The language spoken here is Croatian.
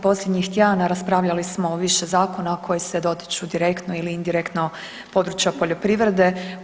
Posljednjih tjedana raspravljali smo o više zakona koji se dotiču direktno ili indirektno područja poljoprivrede.